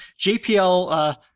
JPL